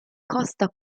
costa